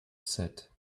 said